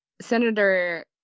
Senator